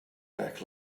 back